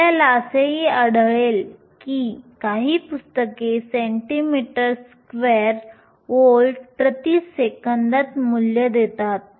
तुम्हाला असेही आढळेल की काही पुस्तके सेंटीमीटर स्क्वेअर व्होल्ट प्रति सेकंदात मूल्य देतात